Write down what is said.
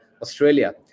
Australia